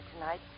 tonight